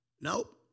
Nope